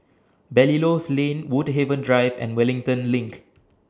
Belilios Lane Woodhaven Drive and Wellington LINK